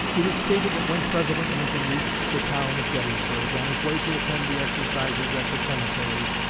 it is stated that when president lincoln reached the town of gettysburg, on his way to attend the exercises at the cemetery,